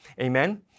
amen